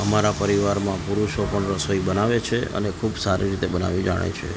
અમારા પરિવારમાં પુરુષો પણ રસોઈ બનાવે છે અને ખૂબ સારી રીતે બનાવી જાણે છે